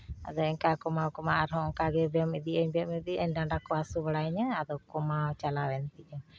ᱟᱫᱚ ᱮᱝᱠᱟ ᱠᱚᱢᱟᱣᱼᱠᱚᱢᱟᱣ ᱟᱨᱦᱚᱸ ᱚᱝᱠᱟ ᱜᱮ ᱵᱮᱭᱟᱢ ᱤᱫᱤᱭᱟᱹᱧ ᱵᱮᱭᱟᱢ ᱤᱫᱤᱭᱟᱹᱧ ᱰᱟᱸᱰᱟ ᱠᱚ ᱦᱟᱹᱥᱩ ᱵᱟᱲᱟᱭᱤᱧᱟᱹ ᱟᱫᱚ ᱠᱚᱢᱟᱣ ᱪᱟᱞᱟᱣᱮᱱ ᱛᱤᱧᱟᱹ